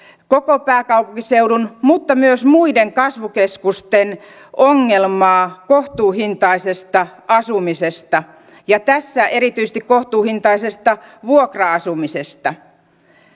koko pääkaupunkiseudun mutta myös muiden kasvukeskusten ongelmaa kohtuuhintaisesta asumisesta ja tässä erityisesti kohtuuhintaisesta vuokra asumisesta